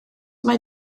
mae